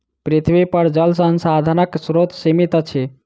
पृथ्वीपर जल संसाधनक स्रोत सीमित अछि